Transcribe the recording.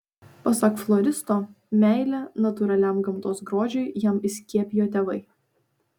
pasak floristo meilę natūraliam gamtos grožiui jam įskiepijo tėvai